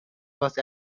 was